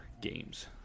games